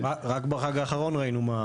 רק בחג האחרון ראינו.